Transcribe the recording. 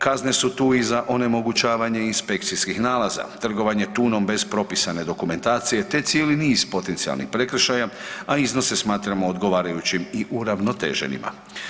Kazne su tu i za onemogućavanje inspekcijskih nalaza, trgovanje tunom bez propisane dokumentacije, te cijeli niz potencijalnih prekršaja, a iznose smatramo odgovarajućim i uravnoteženima.